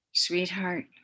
Sweetheart